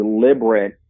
deliberate